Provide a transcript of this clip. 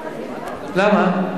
למה?